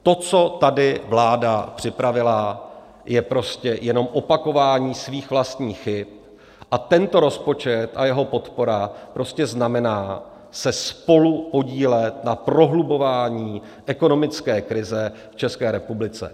To, co tady vláda připravila, je prostě jenom opakování svých vlastních chyb a tento rozpočet a jeho podpora prostě znamená se spolupodílet na prohlubování ekonomické krize v České republice.